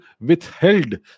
withheld